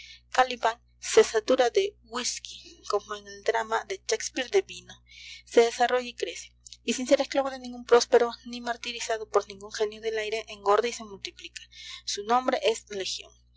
se satura de wishky como en el drama de shakespeare de vino se desarrolla y crece y sin ser esclavo de ningún próspero ni martirizado por ningún genio del aire engorda y se multiplica su nombre es legión